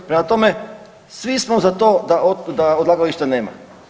Prema tome, svi smo za to da odlagališta nema.